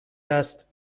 است